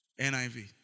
NIV